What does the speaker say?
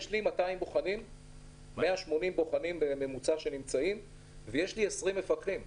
יש 180 בוחנים ו-20 מפקחים.